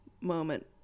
moment